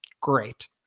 great